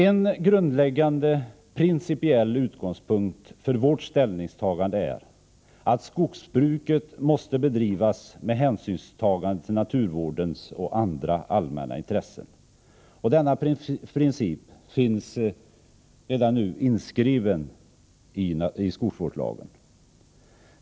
En grundläggande principiell utgångspunkt för vårt ställningstagande är att skogsbruket måste bedrivas med hänsynstagande till naturvårdens intressen och andra allmänna intressen. Denna princip finns redan nu inskriven i skogsvårdslagen.